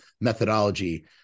methodology